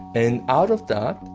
and out of that,